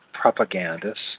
propagandists